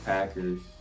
Packers